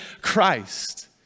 Christ